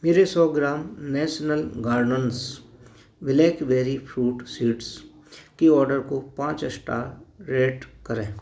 मेरे सौ gram national gardens blackberry fruit seeds के ऑर्डर को पाँच स्टार रेट करें